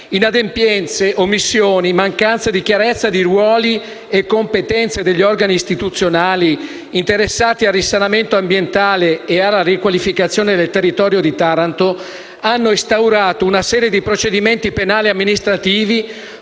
Inadempienze, omissioni, mancanza di chiarezza di ruoli e competenze degli organi istituzionali interessati al risanamento ambientale e alla riqualificazione del territorio di Taranto hanno instaurato una serie di procedimenti penali e amministrativi,